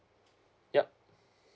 yup